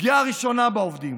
פגיעה ראשונה בעובדים.